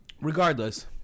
Regardless